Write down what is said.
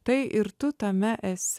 tai ir tu tame esi